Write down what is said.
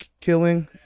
killing